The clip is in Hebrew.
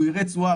הוא יראה תשואה,